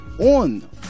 on